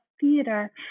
theater